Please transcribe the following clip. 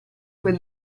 quel